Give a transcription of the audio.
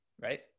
right